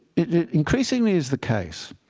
it increasingly is the case